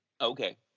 okay